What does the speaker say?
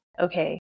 okay